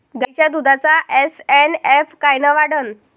गायीच्या दुधाचा एस.एन.एफ कायनं वाढन?